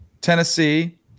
Tennessee